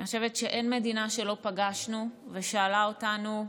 אני חושבת שאין מדינה שפגשנו ולא שאלה אותנו: